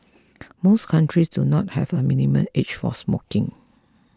most countries do not have a minimum age for smoking